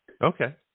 Okay